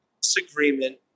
disagreement